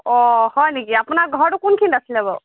অঁ হয় নেকি আপোনাৰ ঘৰটো কোনখিনিত আছিল বাৰু